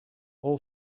all